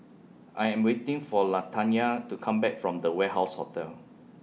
I Am waiting For Latanya to Come Back from The Warehouse Hotel